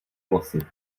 vlasy